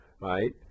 right